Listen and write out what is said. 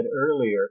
earlier